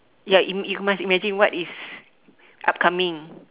ya you you must imagine what is upcoming